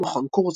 מכון קורצוויל.